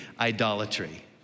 idolatry